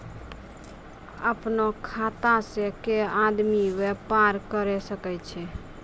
अपनो खाता से कोय आदमी बेपार करि सकै छै